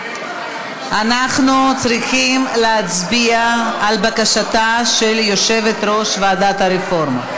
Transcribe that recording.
אנחנו צריכים להצביע על בקשתה של יושבת-ראש ועדת הרפורמות,